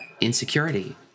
insecurity